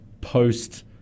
post